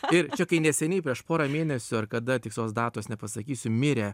ir čia kai neseniai prieš pora mėnesių ar kada tikslios datos nepasakysiu mirė